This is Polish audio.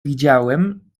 widziałem